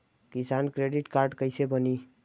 किसान credit card कइसे बानी?